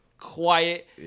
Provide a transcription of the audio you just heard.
Quiet